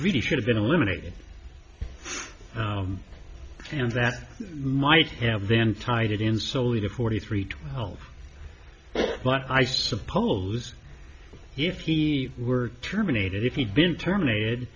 really should have been eliminated and that might have been tied in solely to forty three twelve but i suppose if he were terminated if he'd been terminated